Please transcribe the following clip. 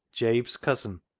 jabe's cousin,